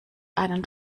einen